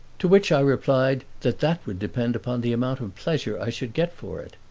to which i replied that that would depend upon the amount of pleasure i should get for it.